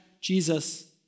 Jesus